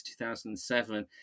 2007